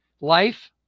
life